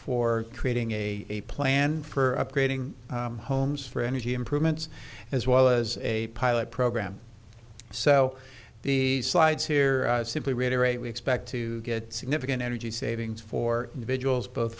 for creating a plan for upgrading homes for energy improvements as well as a pilot program so the slides here simply reiterate we expect to get significant energy savings for individuals both